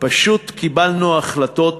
פשוט קיבלנו החלטות